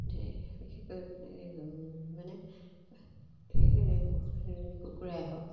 বিশেষকৈ মানে কুকুৰাই হওক